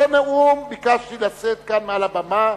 נאום ביקשתי לשאת כאן מעל הבמה.